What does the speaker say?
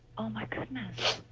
oh, my goodness.